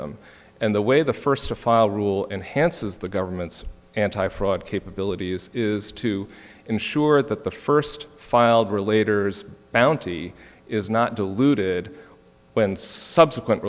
them and the way the first to file rule enhances the government's anti fraud capabilities is to ensure that the first filed or later is bounty is not diluted when subsequent